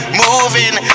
moving